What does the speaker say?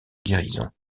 guérison